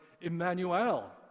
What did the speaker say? Emmanuel